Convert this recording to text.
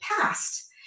past